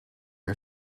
our